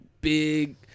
big